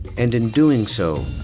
and in doing so,